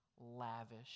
lavish